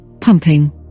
pumping